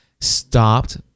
stopped